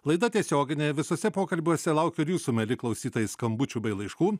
laida tiesioginė visuose pokalbiuose laukiu ir jūsų mieli klausytojai skambučių bei laiškų